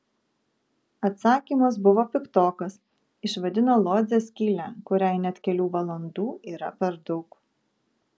atsakymas buvo piktokas išvadino lodzę skyle kuriai net kelių valandų yra per daug